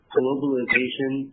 globalization